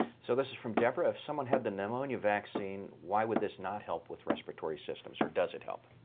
so this is from deborah. if someone had the pneumonia vaccine, why would this not help with respiratory systems, or does it help?